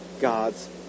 God's